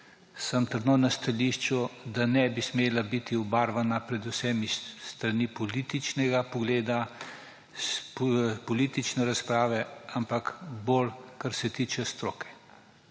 sem trdno na stališču, da ne bi smela biti obarvana predvsem s strani političnega pogleda, politične razprave, ampak bolj kar se tiče stroke.